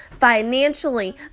financially